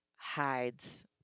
hides